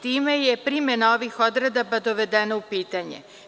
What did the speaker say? Time je primena ovih odredaba dovedena u pitanje.